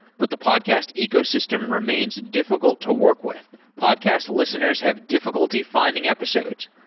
but the podcast ecosystem remains difficult to work with. podcast listeners have difficulty finding episodes.